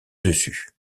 dessus